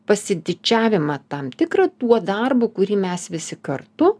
pasididžiavimą tam tikrą tuo darbu kurį mes visi kartu